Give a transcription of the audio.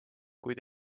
kuid